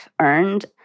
earned